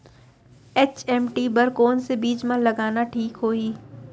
HMT बर कौन से बीज मा लगाना ठीक होही?